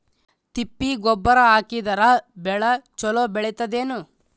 ತಿಪ್ಪಿ ಗೊಬ್ಬರ ಹಾಕಿದರ ಬೆಳ ಚಲೋ ಬೆಳಿತದೇನು?